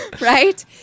right